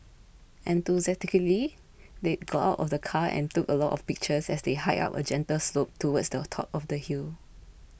enthusiastically they got out of the car and took a lot of pictures as they hiked up a gentle slope towards the top of the hill